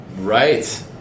Right